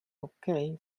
okay